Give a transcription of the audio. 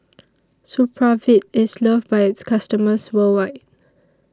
Supravit IS loved By its customers worldwide